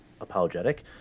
apologetic